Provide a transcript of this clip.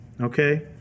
Okay